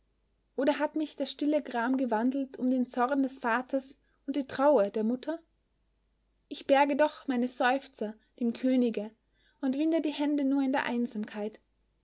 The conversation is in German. oder hat mich der stille gram gewandelt um den zorn des vaters und die trauer der mutter ich berge doch meine seufzer dem könige und winde die hände nur in der einsamkeit